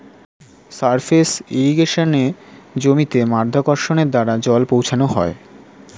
surface ইর্রিগেশনে জমিতে মাধ্যাকর্ষণের দ্বারা জল পৌঁছানো হয়